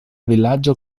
vilaĝo